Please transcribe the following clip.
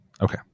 Okay